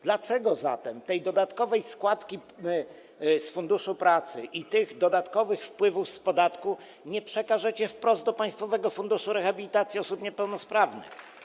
Dlaczego zatem tej dodatkowej składki z Funduszu Pracy i tych dodatkowych wpływów z podatku nie przekażecie wprost do Państwowego Funduszu Rehabilitacji Osób Niepełnosprawnych?